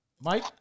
Mike